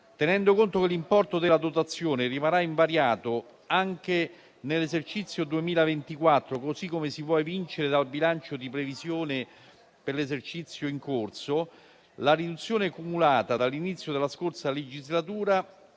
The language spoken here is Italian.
Tenendo conto che l'importo della dotazione rimarrà invariato anche nell'esercizio 2024, così come si può evincere dal bilancio di previsione per l'esercizio in corso, la riduzione cumulata dall'inizio della scorsa legislatura